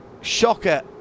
shocker